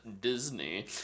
Disney